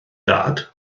dad